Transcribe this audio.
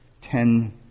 ten